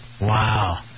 Wow